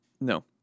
no